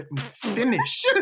finish